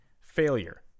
failure